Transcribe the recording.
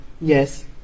Yes